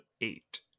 eight